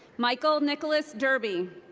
michael nicholas derby.